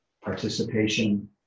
participation